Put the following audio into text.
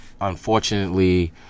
unfortunately